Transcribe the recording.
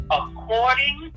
according